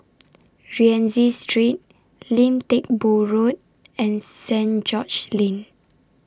Rienzi Street Lim Teck Boo Road and Saint George's Lane